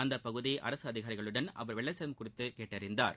அப்பகுதி அரசு அதிகாரிகளுடன் வெள்ள சேதம் குறித்து கேட்டறிந்தார்